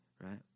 right